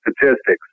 statistics